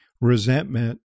resentment